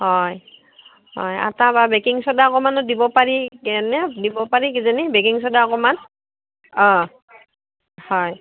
হয় হয় আটা বা বেকিং চ'ডা অকণমানো দিব পাৰি এনে দিব পাৰি কিজানি বেকিং চ'ডা অকণমান হয়